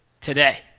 today